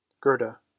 Gerda